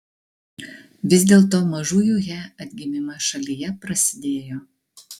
vis dėlto mažųjų he atgimimas šalyje prasidėjo